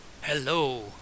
hello